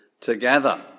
together